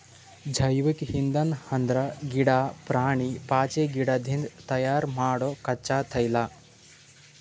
ಜೈವಿಕ್ ಇಂಧನ್ ಅಂದ್ರ ಗಿಡಾ, ಪ್ರಾಣಿ, ಪಾಚಿಗಿಡದಿಂದ್ ತಯಾರ್ ಮಾಡೊ ಕಚ್ಚಾ ತೈಲ